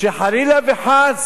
שחלילה וחס